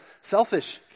selfish